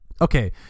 okay